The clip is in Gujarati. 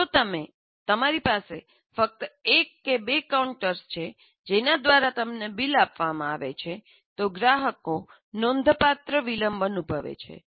જો તમારી પાસે ફક્ત એક કે બે કાઉન્ટર્સ છે જેના દ્વારા તમને બિલ આપવામાં આવે છે તો ગ્રાહકો નોંધપાત્ર વિલંબ અનુભવે છે